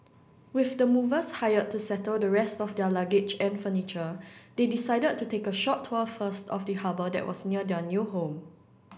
with the movers hired to settle the rest of their luggage and furniture they decided to take a short tour first of the harbour that was near their new home